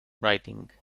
writing